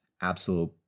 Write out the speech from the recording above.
Absolute